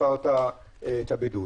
הפרת את הבידוד".